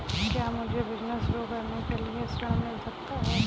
क्या मुझे बिजनेस शुरू करने के लिए ऋण मिल सकता है?